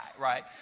right